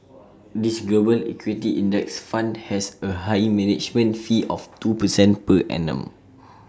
this global equity index fund has A highly management fee of two percent per annum